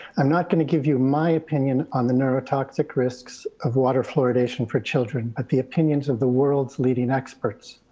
i'm not gonna give you my opinion on the neurotoxic risks of water fluoridation for children, but the opinions of the world's leading experts.